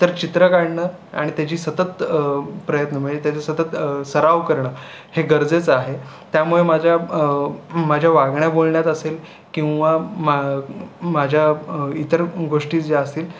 तर चित्र काढणं आणि त्याची सतत प्रयत्न म्हणजे त्याचे सतत सराव करणं हे गरजेचं आहे त्यामुळे माझ्या माझ्या वागण्याबोलण्यात असेल किंवा मा माझ्या इतर गोष्टी ज्या असतील